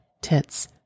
tits